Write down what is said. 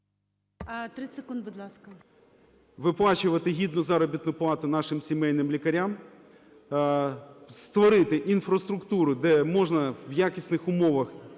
…виплачувати гідну заробітну плату нашим сімейним лікарям, створити інфраструктуру, де можна в якісних умовах